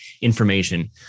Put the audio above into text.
information